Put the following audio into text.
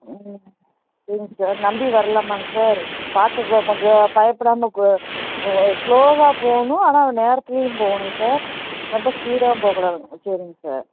ம் சரி சார் நம்பி வரலாமாங்க சார் பார்த்து போ கொஞ்சம் பயப்புடாமல் கோ ஓ ஓ ஸ்லோவாக போகணும் ஆனால் நேரத்துலையும் போகணும் சார் ரொம்ப ஃபீடாயும் போக கூடாதுங்க சரிங்க சார்